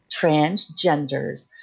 Transgenders